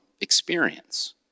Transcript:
experience